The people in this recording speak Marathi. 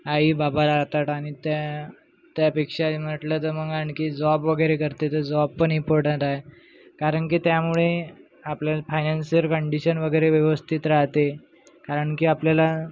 आई बाबा राहतात आणि त्या त्यापेक्षाही म्हटलं तर मग आणखी जॉब वगैरे करते तो जॉब पण इम्पोर्टंट आहे कारण की त्यामुळे आपल्या फायनान्शिअल कंडिशन वगैरे व्यवस्थित राहते कारण की आपल्याला